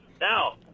Now